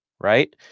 right